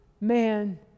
man